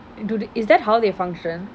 do they is that how they function